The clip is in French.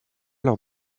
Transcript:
lors